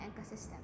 ecosystem